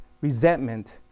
resentment